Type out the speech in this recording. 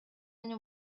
many